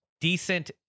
Decent